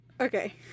Okay